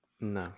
No